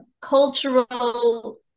cultural